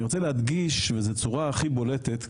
אני רוצה להדגיש, וזו הצורה הכי בולטת באמצע,